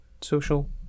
social